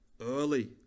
early